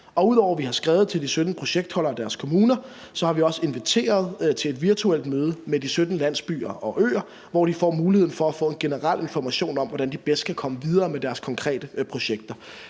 Ud over at vi har skrevet til de 17 projektholdere og deres kommuner, har vi også inviteret til et virtuelt møde med de 17 landsbyer og -øer, hvor de får muligheden for at få en generel information om, hvordan de bedst kan komme videre med deres konkrete projekter.